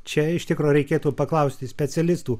čia iš tikro reikėtų paklausti specialistų